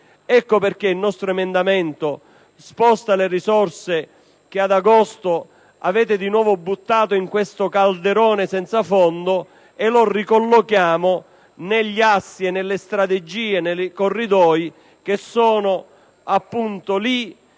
Ecco perché il nostro emendamento sposta le risorse, che ad agosto avete di nuovo buttato in questo calderone senza fondo, e le ricolloca negli assi, nelle strategie e nei corridoi, che sono appunto lì